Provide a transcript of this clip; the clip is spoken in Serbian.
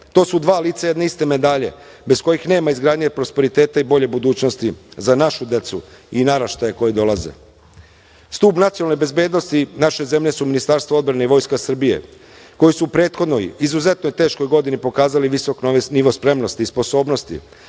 To su dva lica jedne iste medalje bez kojih nema izgradnje prosperiteta i bolje budućnosti za našu decu i naraštaje koji dolaze. Stub nacionalne bezbednosti naše zemlje su Ministarstvo odbrane i Vojska Srbije koji su prethodnoj, izuzetno teškoj, godini pokazali visok nivo spremnosti i sposobnosti